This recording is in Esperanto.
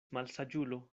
malsaĝulo